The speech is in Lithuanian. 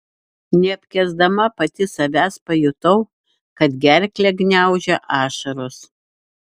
neapkęsdama pati savęs pajutau kad gerklę gniaužia ašaros